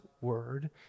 word